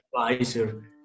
advisor